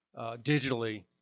digitally